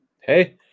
Hey